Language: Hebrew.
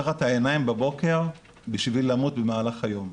פותחת את העיניים בבוקר בשביל למות במהלך היום'.